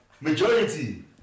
Majority